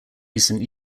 recent